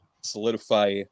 solidify